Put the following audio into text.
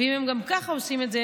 ואם הם גם ככה עושים את זה,